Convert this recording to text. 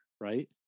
right